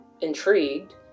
intrigued